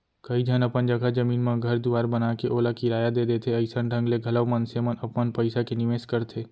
कइ झन अपन जघा जमीन म घर दुवार बनाके ओला किराया दे देथे अइसन ढंग ले घलौ मनसे मन अपन पइसा के निवेस करथे